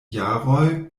jaroj